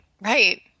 right